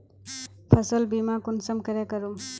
फसल बीमा कुंसम करे करूम?